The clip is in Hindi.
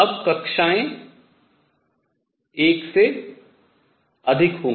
अब कक्षाएं एक से अधिक होंगी